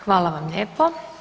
Hvala vam lijepo.